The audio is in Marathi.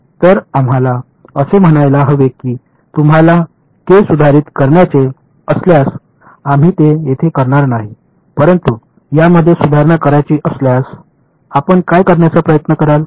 तर आम्हाला असे म्हणायला हवे की तुम्हाला के सुधारित करायचे असल्यास आम्ही ते येथे करणार नाही परंतु यामध्ये सुधारणा करायची असल्यास आपण काय करण्याचा प्रयत्न कराल